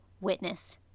witness